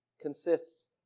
consists